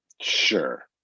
sure